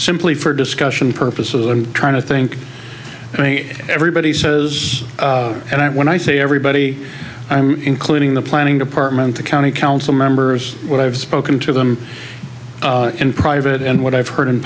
simply for discussion purposes and trying to think everybody says and i when i say everybody including the planning department the county council members what i've spoken to them in private and what i've heard in